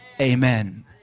amen